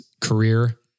career